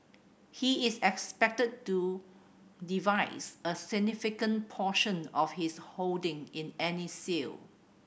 he is expected to device a significant portion of his holding in any sale